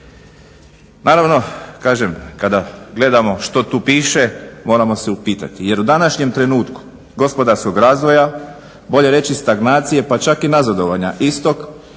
Naravno kažem kada gledamo što tu piše moramo se upitati jer u današnjem trenutku gospodarskog razvoja, bolje reći stagnacije pa čak i nazadovanja istok,